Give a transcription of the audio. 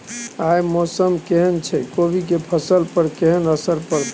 आय मौसम केहन छै कोबी के फसल पर केहन असर परतै?